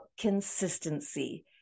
consistency